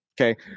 okay